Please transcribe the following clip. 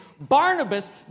Barnabas